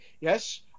yes